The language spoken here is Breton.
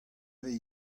vez